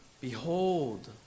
Behold